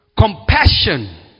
compassion